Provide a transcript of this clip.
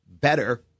better